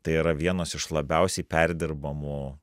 tai yra vienos iš labiausiai perdirbamų